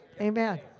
Amen